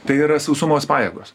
tai yra sausumos pajėgos